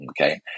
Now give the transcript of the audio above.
Okay